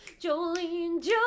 Jolene